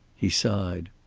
he sighed.